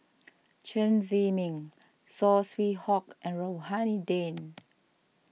Chen Zhiming Saw Swee Hock and Rohani Din